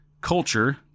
culture